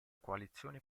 coalizione